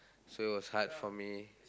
so it was hard for me